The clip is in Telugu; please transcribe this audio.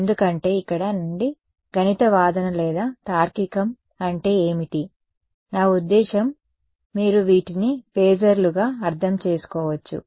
ఎందుకంటే ఇక్కడ నుండి గణిత వాదన లేదా తార్కికం అంటే ఏమిటి నా ఉద్దేశ్యం మీరు వీటిని ఫేజర్లుగా అర్థం చేసుకోవచ్చు